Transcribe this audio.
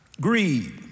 greed